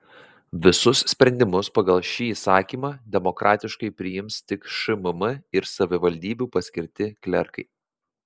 visus sprendimus pagal šį įsakymą demokratiškai priims tik šmm ir savivaldybių paskirti klerkai